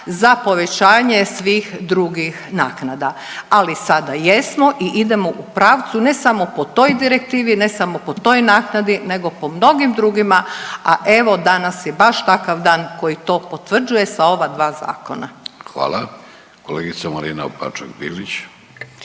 za povećanje svih drugih naknada. Ali sada jesmo i idemo u pravcu ne samo po toj direktivi, ne samo po toj naknadi nego po mnogim drugima, a evo danas je baš takav dan koji to potvrđuje sa ova dva zakona. **Vidović, Davorko